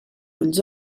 ulls